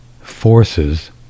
forces